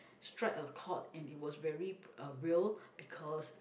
strike a chord and it was very uh real because